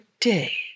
day